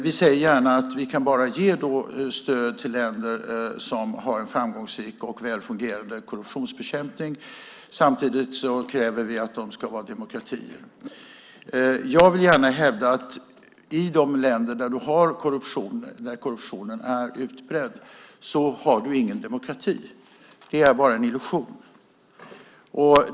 Vi säger gärna att vi bara kan ge stöd till länder som har en framgångsrik och väl fungerande korruptionsbekämpning, och samtidigt kräver vi att de ska vara demokratier. Jag vill gärna hävda att det i de länder där korruptionen är utbredd inte finns någon demokrati - det är bara en illusion.